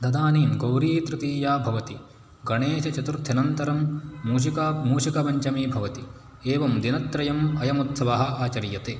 तदानीं गौरीतृतीया भवति गणेशचतुर्थ्यनन्तरं मूषिका मूषकपञ्चमी भवति एवं दिनत्रयम् अयम् उत्सवः आचर्यते